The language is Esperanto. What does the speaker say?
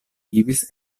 vivis